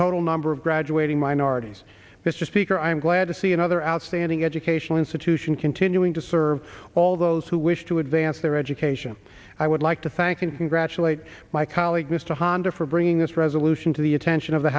total number of graduating minorities this just peaker i'm glad to see another outstanding educational institution continuing to serve all those who wish to advance their education i would like to thank and congratulate my colleague mr hondo for bringing this resolution to the attention of the